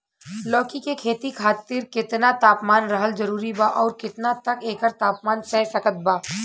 लौकी के खेती खातिर केतना तापमान रहल जरूरी बा आउर केतना तक एकर तापमान सह सकत बा?